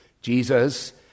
Jesus